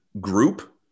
group